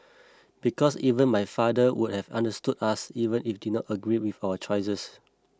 because even my father would have understood us even if he did not agree with our choices